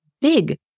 Big